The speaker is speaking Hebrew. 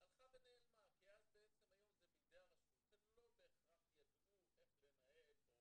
--- נעלמה כי אז היום זה בידי הרשות שלא בהכרח ידעו איך לנהל או